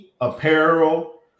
apparel